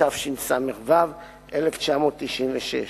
התשס"ו 1996,